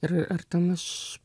ir ar ten aš